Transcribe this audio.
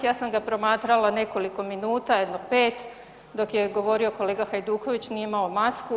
Ja sam ga promatrala nekoliko minuta, jedno pet dok je govorio kolega Hajduković nije imao masku.